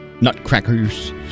nutcrackers